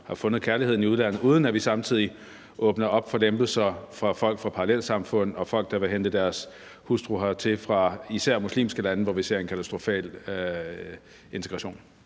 har fundet kærligheden i udlandet, uden at vi samtidig åbner op for lempelser for folk fra parallelsamfund og folk, der vil hente deres hustru hertil fra især muslimske lande, hvor vi ser en katastrofal integration.